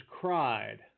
cried